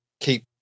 keep